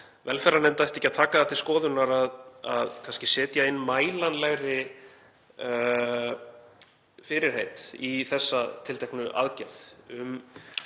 velferðarnefnd ætti ekki að taka það til skoðunar að setja inn mælanlegri fyrirheit í þessa tilteknu aðgerð